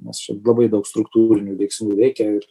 nes čia labai daug struktūrinių veiksmų veikia ir